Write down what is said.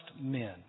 men